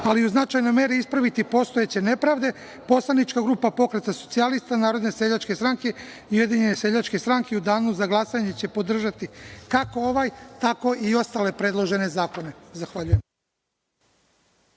ali i u značajnoj meri ispraviti postojeće nepravde, poslanička grupa Pokreta socijalista, Narodne seljačke stranke i Ujedinjene seljačke stranke i u danu za glasanje će podržati kako ovaj, tako i ostale predložene zakone. Zahvaljujem.